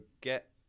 get